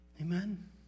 Amen